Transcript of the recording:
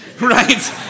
Right